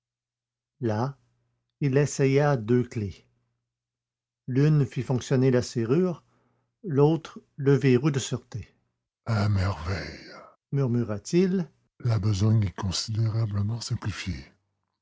là il essaya deux clefs l'une fit fonctionner la serrure l'autre le verrou de sûreté à merveille murmura-t-il la besogne est considérablement simplifiée